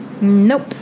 nope